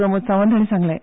प्रमोद सावंत हांणी सांगलें